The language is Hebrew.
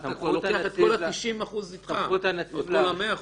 אתה כבר לוקח את כל 90% איתך או את כל ה-1005.